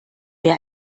wer